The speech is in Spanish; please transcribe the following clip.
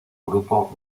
grupo